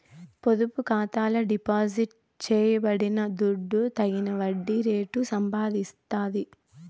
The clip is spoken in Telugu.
పొదుపు ఖాతాల డిపాజిట్ చేయబడిన దుడ్డు తగిన వడ్డీ రేటు సంపాదిస్తాది